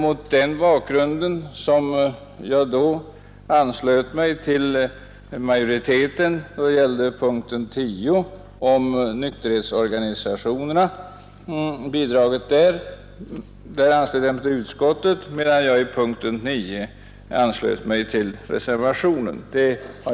Mot den bakgrunden anslöt jag mig till utskottsmajoriteten beträffande punkten 10 om bidrag till nykterhetsorganisationer medan jag beträffande punkten 9 anslöt mig till reservationen.